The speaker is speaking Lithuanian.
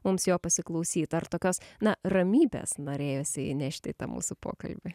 mums jo pasiklausyt ar tokios na ramybės norėjosi įnešt į tą mūsų pokalbį